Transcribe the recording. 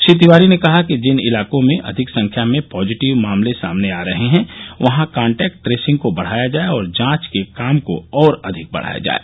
श्री तिवारी ने कहा कि जिन इलाकों में अधिक संख्या में पॉजिटिव मामले सामने आ रहे हैं वहां कांटेक्ट ट्रेसिंग को बढ़ाया जाये और जांच के काम को और अधिक बढ़ाया जाये